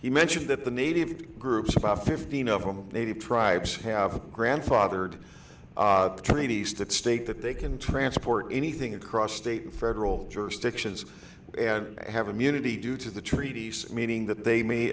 he mentioned that the native groups about fifteen of them native tribes have grandfathered treaties that state that they can transport anything across state and federal jurisdictions and have immunity due to the treaties meaning that they m